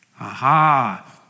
Aha